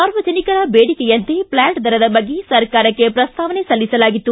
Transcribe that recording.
ಸಾರ್ವಜನಿಕರ ಬೇಡಿಕೆಯಂತೆ ಪ್ಲಾಟ್ ದರದ ಬಗ್ಗೆ ಸರ್ಕಾರಕ್ಕೆ ಪ್ರಸ್ತಾಪನೆ ಸಲ್ಲಿಸಲಾಗಿತ್ತು